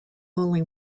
only